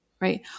right